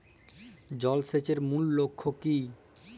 জল সেচের মূল লক্ষ্য কী?